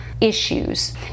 issues